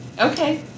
Okay